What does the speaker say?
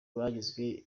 bagizwe